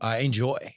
enjoy